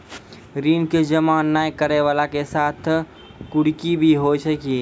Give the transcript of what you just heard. ऋण के जमा नै करैय वाला के साथ कुर्की भी होय छै कि?